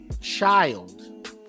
child